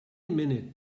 minute